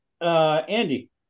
Andy